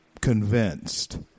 convinced